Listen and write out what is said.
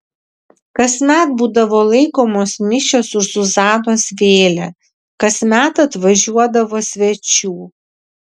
kasmet būdavo laikomos mišios už zuzanos vėlę kasmet atvažiuodavo svečių